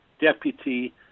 deputy